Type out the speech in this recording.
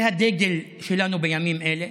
זה הדגל שלנו בימים אלה,